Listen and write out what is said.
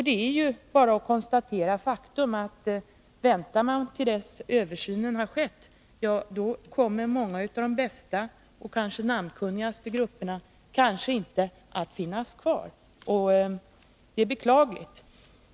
Det är bara att konstatera faktum: Väntar man till dess översynen har skett, då kommer kanske många av de bästa och namnkunnigaste grupperna inte att finnas kvar, och det är beklagligt.